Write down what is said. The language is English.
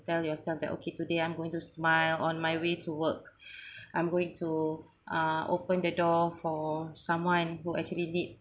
tell yourself that okay today I'm going to smile on my way to work I'm going to uh open the door for someone who actually need